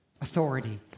authority